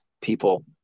people